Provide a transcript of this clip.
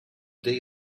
day